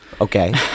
Okay